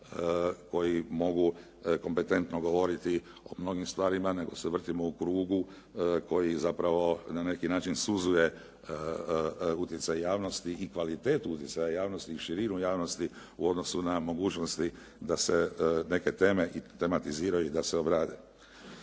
koji mogu kompetentno govoriti o mnogim stvarima nego se vrtimo u krugu koji zapravo na neki način suzuje utjecaj javnosti i kvalitetu utjecaja javnosti i širinu javnosti u odnosu na mogućnosti da se neke teme tematiziraju i da se obrade.